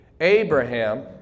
Abraham